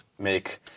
make